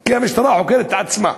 כי המשטרה חוקרת את עצמה.